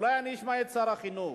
אולי, כשאני אשמע את שר החינוך.